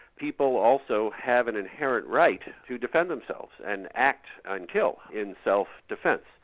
people also have an inherent right to defend themselves and act and kill in self-defence.